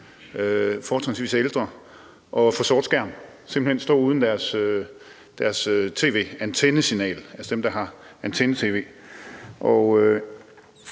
fortrinsvis ældre, at få sort skærm og simpelt hen stå uden deres tv-antennesignal, altså dem, der har antenne-tv.